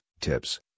tips